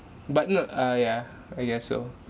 but not uh yeah I guess so